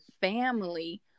family